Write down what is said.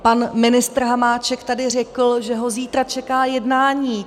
Pan ministr Hamáček tady řekl, že ho zítra čeká jednání.